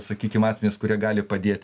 sakykim asmenis kurie gali padėt